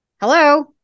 hello